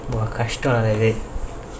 oh kashtam lah athu